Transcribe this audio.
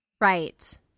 Right